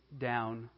down